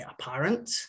apparent